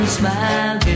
smile